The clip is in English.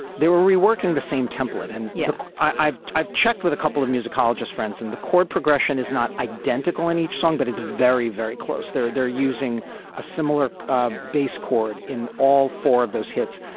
they were reworking the same template and yeah i've i've checked with a couple of musicologist friends and the chord progression is not identical in each song but it's very very close. there they're using a similar ah bass chord in all four of those hits.